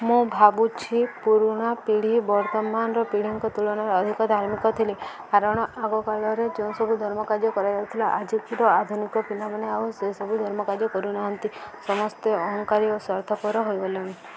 ମୁଁ ଭାବୁଛି ପୁରୁଣା ପିଢ଼ି ବର୍ତ୍ତମାନର ପିଢ଼ୀଙ୍କ ତୁଳନାରେ ଅଧିକ ଧାର୍ମିକ ଥିଲେ କାରଣ ଆଗକାଳରେ ଯେଉଁ ସବୁ ଧର୍ମ କାର୍ଯ୍ୟ କରାଯାଉଥିଲା ଆଜିକାର ଆଧୁନିକ ପିଲାମାନେ ଆଉ ସେସବୁ ଧର୍ମ କାର୍ଯ୍ୟ କରୁନାହାନ୍ତି ସମସ୍ତେ ଅହଂକାରୀ ଓ ସ୍ୱାର୍ଥପର ହୋଇଗଲେଣି